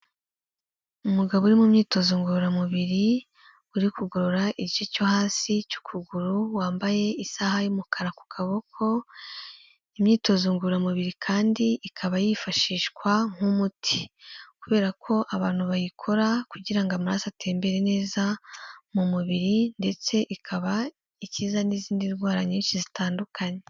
Umugabo uri mu myitozo ngororamubiri, uri kugorora igice cyo hasi cy'ukuguru, wambaye isaha y'umukara ku kaboko, imyitozo ngororamubiri kandi ikaba yifashishwa nk'umuti; kubera ko abantu bayikora kugira ngo amaraso atembere neza mu mubiri ndetse ikaba ikiza n'izindi ndwara nyinshi zitandukanye.